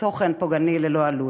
פוגעני ללא עלות.